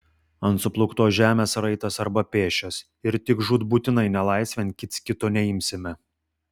ant suplūktos žemės raitas arba pėsčias ir tik žūtbūtinai nelaisvėn kits kito neimsime